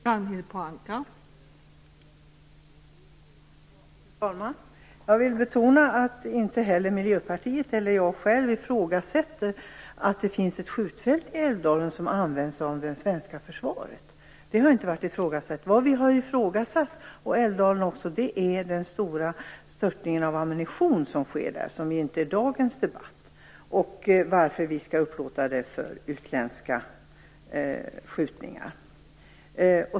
Fru talman! Jag vill betona att vare sig Miljöpartiet eller jag själv ifrågasätter att det finns ett skjutfält i Älvdalen som används av det svenska försvaret. Vad vi och människor i Älvdalen har ifrågasatt är den stora störtningen av ammunition som sker där - men det rör inte dagens debatt - och varför vi skall upplåta skjutfältet till utländska övningar.